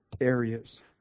areas